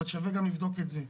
אבל שווה גם לבדוק את זה.